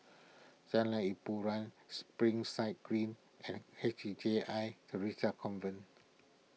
Jalan Hiboran Springside Green and H J I theresa's Convent